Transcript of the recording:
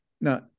now